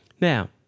Now